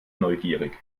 neugierig